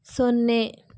ಸೊನ್ನೆ